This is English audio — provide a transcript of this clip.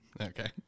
okay